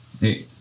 Hey